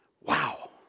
Wow